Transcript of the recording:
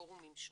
בפורומים שונים,